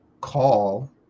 call